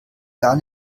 gar